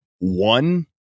one